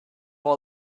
all